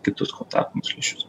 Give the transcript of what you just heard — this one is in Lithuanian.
kitus kontaktinius lęšius